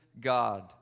God